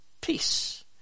peace